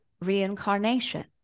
reincarnation